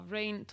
Rain